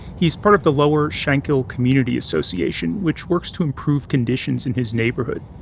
he's part of the lower shankill community association, which works to improve conditions in his neighborhood.